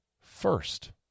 first